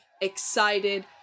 excited